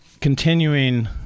continuing